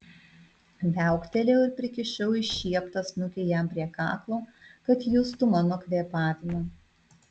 viauktelėjau ir prikišau iššieptą snukį jam prie kaklo kad justų mano kvėpavimą